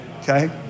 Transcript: okay